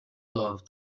love